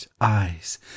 eyes